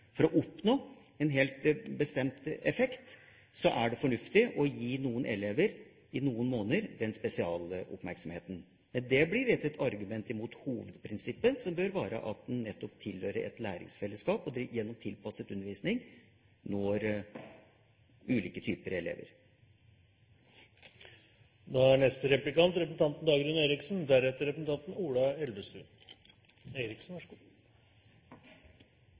oppnå en helt bestemt effekt, er det fornuftig å gi noen elever – i noen måneder – den spesialoppmerksomheten. Det er ikke et argument mot hovedprinsippet, som bør være at man nettopp tilhører et læringsfellesskap, og at man gjennom tilpasset undervisning når ulike typer